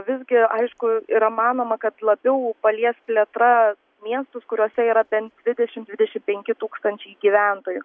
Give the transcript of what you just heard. visgi aišku yra manoma kad labiau palies plėtra miestus kuriuose yra bent dvidešim dvidešim penki tūkstančiai gyventojų